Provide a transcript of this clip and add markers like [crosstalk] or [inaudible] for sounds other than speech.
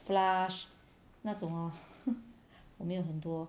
flash 那种 ah [laughs] 我们有很多